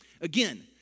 Again